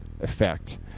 effect